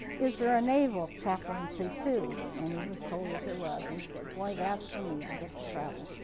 is there a naval chaplaincy, too? and he was told that there was, and he said, boy, that's for me. i get to travel.